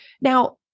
Now